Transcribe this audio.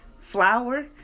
flour